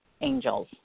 angels